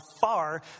far